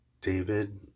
David